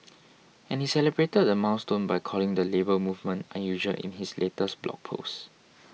and he celebrated the milestone by calling the Labour Movement unusual in his latest blog post